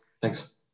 Thanks